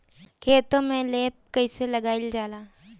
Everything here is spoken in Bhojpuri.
खेतो में लेप कईसे लगाई ल जाला?